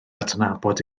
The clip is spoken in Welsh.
adnabod